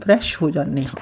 fresh ਹੋ ਜਾਂਦੇ ਹਾਂ